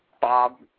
Bob